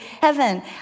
heaven